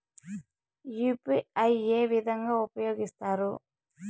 UPI ఏ విధంగా ఉపయోగిస్తారు?